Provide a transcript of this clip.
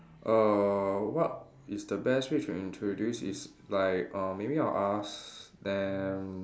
err what is the best way to introduce is like uh maybe I'll ask them